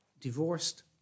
divorced